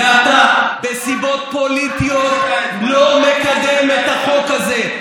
ואתה מסיבות פוליטיות לא מקדם את החוק הזה.